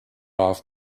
off